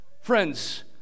Friends